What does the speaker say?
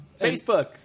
Facebook